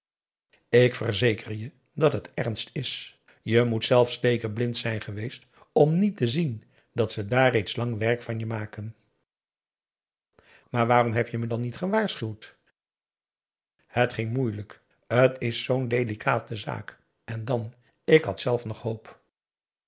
ik verzeker je dat het ernst is je moet zelf stekeblind zijn geweest om niet te zien dat ze daar reeds lang werk van je maakten waarom heb je me dan niet gewaarschuwd het ging moeielijk t is zoo'n delicate zaak en dan ik had zelf nog hoop